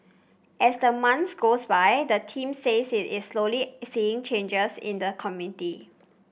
as the months goes by the team says it is slowly seeing changes in the community